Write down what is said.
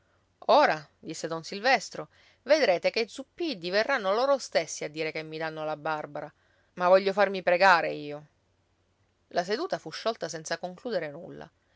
ora disse don silvestro vedrete che i zuppiddi verranno loro stessi a dire che mi danno la barbara ma voglio farmi pregare io la seduta fu sciolta senza concludere nulla